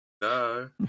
No